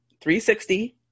360